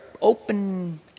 open